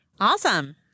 Awesome